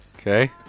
Okay